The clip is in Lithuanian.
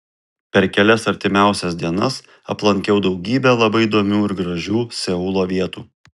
per kelias artimiausias dienas aplankiau daugybę labai įdomių ir gražių seulo vietų